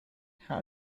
how